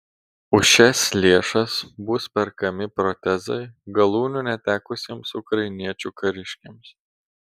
už šias lėšas bus perkami protezai galūnių netekusiems ukrainiečių kariškiams